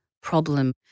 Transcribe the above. problem